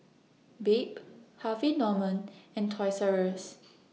Bebe Harvey Norman and Toys R US